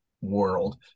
world